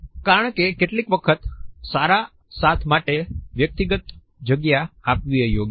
કારણ કે કેટલીક વખત સારા સાથ માટે વ્યક્તિગત જગ્યા આપવી એ યોગ્ય છે